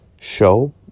show